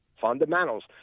fundamentals